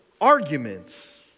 arguments